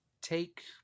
Take